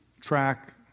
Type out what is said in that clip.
track